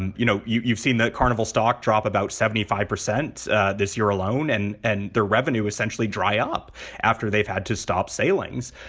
and you know, you've seen that carnival stock drop about seventy five percent this year alone and and the revenue essentially dry up after they've had to stop sailings.